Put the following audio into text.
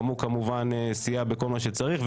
גם הוא כמובן סייע בכל מה שצריך,